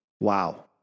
Wow